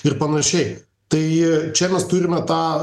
ir panašiai tai čia mes turime tą